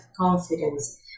confidence